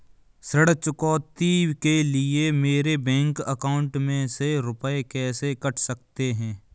ऋण चुकौती के लिए मेरे बैंक अकाउंट में से रुपए कैसे कट सकते हैं?